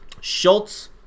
Schultz